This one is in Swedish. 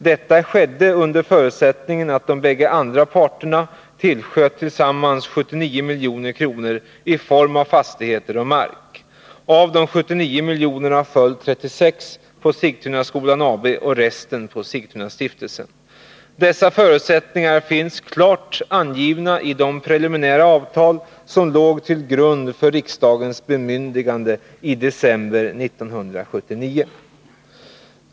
Detta skedde under förutsättning att de bägge andra parterna tillsköt tillsammans 79 milj.kr. i form av fastigheter och mark. Av de 79 miljonerna föll 36 miljoner på Sigtunaskolans AB och resten på Sigtunastiftelsen. Dessa förutsättningar finns klart angivna i de preliminära avtal som låg till grund för riksdagens bemyndigande i december 1979.